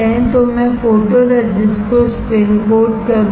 तो मैं फोटोरेसिस्ट को स्पिन कोट करूंगा